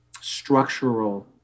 structural